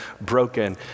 broken